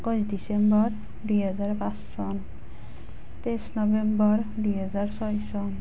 একৈছ ডিচেম্বৰ দুই হেজাৰ পাঁচ চন তেইছ নৱেম্বৰ দুই হেজাৰ ছয় চন